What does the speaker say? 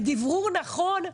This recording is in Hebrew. בדברור נכון,